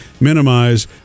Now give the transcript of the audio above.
minimize